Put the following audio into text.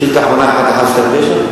שאילתא אחרונה, 1129?